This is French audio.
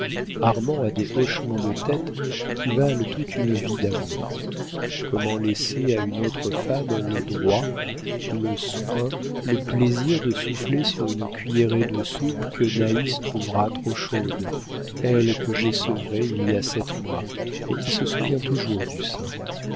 armand a des hochements de tête qui valent toute une vie d'amour comment laisser à une autre femme le droit le soin le plaisir de souffler sur une cuillerée de soupe que naïs trouvera trop chaude elle que j'ai sevrée il y a sept mois et qui se souvient toujours du sein